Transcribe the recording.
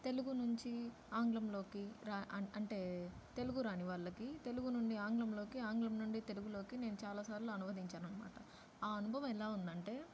తెలుగు నుంచి ఆంగ్లంలోకి రా అంటే తెలుగు రానివాళ్ళకి తెలుగు నుండి ఆంగ్లంలోకి ఆంగ్లం నుండి తెలుగులోకి నేను చాలా సార్లు అనువదించాను అనమాట ఆ అనుభవం ఎలా ఉందంటే